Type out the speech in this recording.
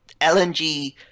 LNG